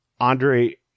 Andre